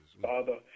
father